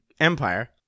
empire